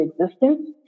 existence